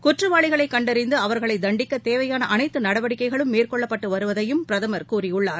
குற்றவாளிகளைக் கண்டறிந்து அவர்களைத் தண்டிக்க தேவையான அனைத்து நடவடிக்கைகளும் மேற்கொள்ளப்பட்டு வருவதையும் பிரதமர் கூறியுள்ளார்